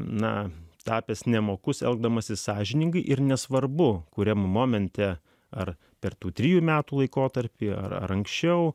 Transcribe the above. na tapęs nemokus elgdamasis sąžiningai ir nesvarbu kuriam momente ar per tų trijų metų laikotarpį ar anksčiau